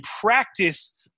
practice